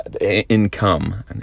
Income